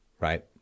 right